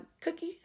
cookie